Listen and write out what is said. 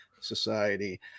society